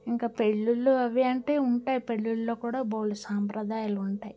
ఇంకా పెళ్ళిళ్ళు అవి అంటే ఉంటాయి పెళ్ళిళ్ళో కూడా బోలెడు సాంప్రదాయాలు ఉంటాయి